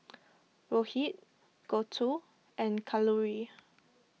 Rohit Gouthu and Kalluri